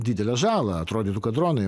didelę žalą atrodytų kad dronai